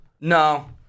No